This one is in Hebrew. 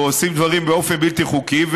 או עושים דברים באופן בלתי חוקי,